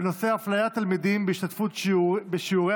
בנושא: אפליית תלמידים בהשתתפות בשיעורי